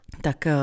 Tak